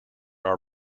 our